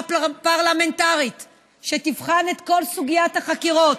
פרלמנטרית שתבחן את כל סוגיית החקירות.